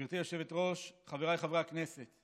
גברתי היושבת-ראש, חבריי חברי הכנסת,